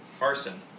Arson